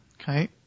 Okay